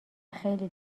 خیلی